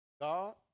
God